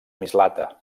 mislata